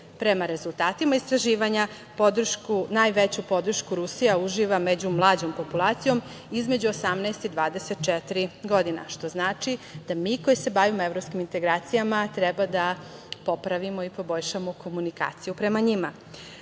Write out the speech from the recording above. rezultatima istraživanja, najveću podršku Rusija uživa među mlađom populacijom između 18 i 24 godine, što znači da mi koji se bavimo evropskim integracijama treba da popravimo i poboljšamo komunikaciju prema